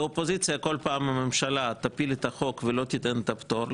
לאופוזיציה כל פעם הממשלה תפיל את החוק ולא תיתן את הפטור,